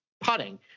putting